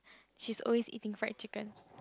she is always eating friend chicken